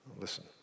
Listen